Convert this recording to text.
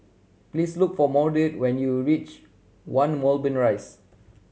please look for Maude when you reach One Moulmein Rise